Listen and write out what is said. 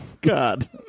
God